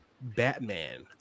batman